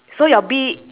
fresh fruits or it's next to